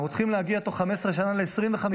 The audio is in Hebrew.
אנחנו צריכים להגיע תוך 15 שנה ל-25%,